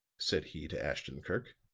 said he to ashton-kirk,